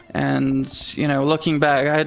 and, you know, looking back,